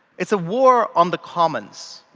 it's a war on the commons.